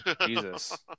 Jesus